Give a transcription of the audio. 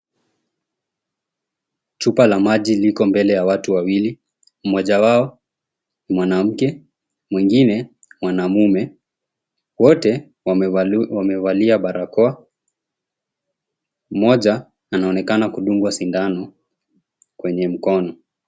Chupa la maji liko mbele ya watu wawili. Mmoja wao mwanamke, mwengine mwanamume. Wote wamevalia barakoa. Mmoja anaonekana kudungwa sindano kwenye mkono.